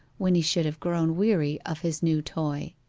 when he should have grown weary of his new toy?